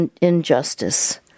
injustice